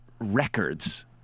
records